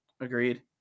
Agreed